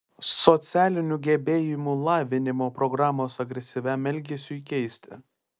socialinių gebėjimų lavinimo programos agresyviam elgesiui keisti